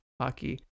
Hockey